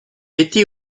betty